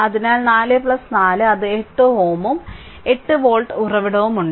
അതിനാൽ 4 4 അത് 8Ω ഉം 8 വോൾട്ട് ഉറവിടവുമുണ്ട്